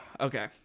okay